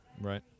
Right